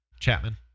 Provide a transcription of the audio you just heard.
Chapman